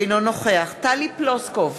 אינו נוכח טלי פלוסקוב,